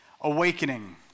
Awakening